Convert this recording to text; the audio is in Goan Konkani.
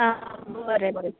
आ बरें बरें